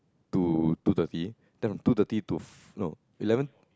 to two thirty then two thirty to f~ no eleven